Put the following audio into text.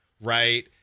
right